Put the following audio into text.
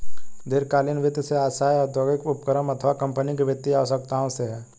दीर्घकालीन वित्त से आशय औद्योगिक उपक्रम अथवा कम्पनी की वित्तीय आवश्यकताओं से है